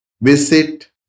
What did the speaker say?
visit